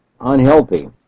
unhealthy